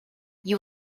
you